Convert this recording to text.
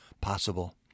possible